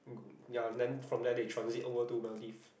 ya and then from there they transit over to Maldives